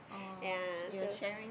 ya so